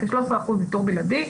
כ-13% איתור בלעדי,